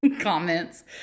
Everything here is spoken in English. comments